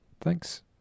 thanks